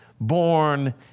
born